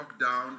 lockdown